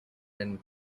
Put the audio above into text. and